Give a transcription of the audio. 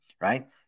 right